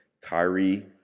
Kyrie